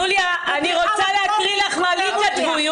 אני רוצה להקריא לך מה כתבו לי.